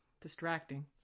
distracting